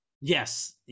yes